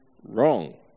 wrong